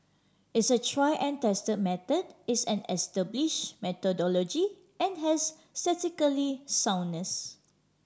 it's a try and test method it's an establish methodology and has statistically soundness